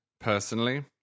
Personally